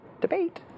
debate